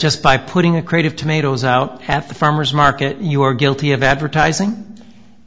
just by putting a creative tomatoes out at the farmer's market you are guilty of advertising